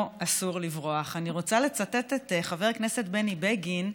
אסור לברוח." אני רוצה לצטט את חבר הכנסת בני בגין,